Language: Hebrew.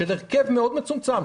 של הרכב מאוד מצומצם,